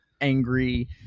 angry